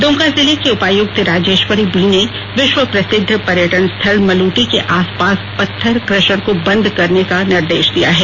दुमका जिले की उपायुक्त राजेश्वरी बी ने विश्व प्रसिद्ध पर्यटन स्थल मलूटी के आसपास पत्थर कशर को बंद कराने का निर्देश दिया है